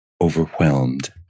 overwhelmed